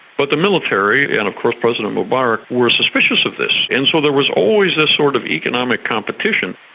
but the military and of course president mubarak were suspicions of this. and so there was always this sort of economic competition,